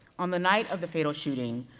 on the night of the fatal shooting,